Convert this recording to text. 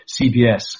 CBS